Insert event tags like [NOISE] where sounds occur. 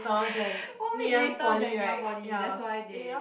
[BREATH] one week later than Ngee-Ann Poly that's why they